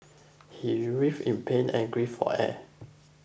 he writhed in pain and gasped for air